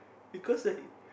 because like